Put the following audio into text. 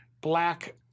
Black